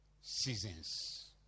seasons